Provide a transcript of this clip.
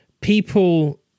people